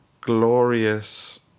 glorious